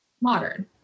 modern